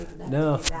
no